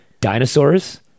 Dinosaurs